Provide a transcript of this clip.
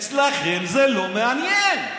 אתכם זה לא מעניין.